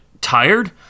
tired